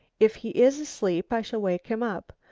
if he is asleep i shall wake him up.